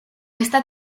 esta